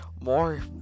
more